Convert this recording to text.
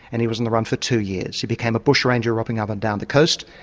and he was on the run for two years. he became a bushranger robbing up and down the coast,